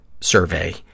survey